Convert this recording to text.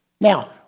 Now